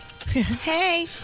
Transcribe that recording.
Hey